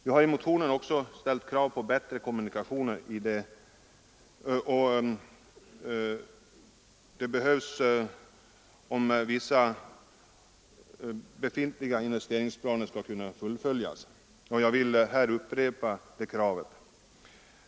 Vi har i motionen också ställt krav på bättre kommunikationer — de behövs om vissa befintliga investeringsplaner skall kunna fullföljas. Jag vill här upprepa det kravet.